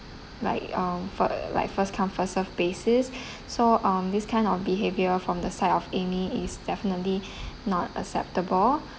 like um for like first come first served basis so um this kind of behaviour from the side of amy is definitely not acceptable